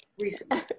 recently